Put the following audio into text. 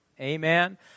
Amen